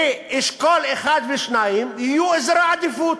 מאשכולות 1 ו-2, יהיו אזורי עדיפות,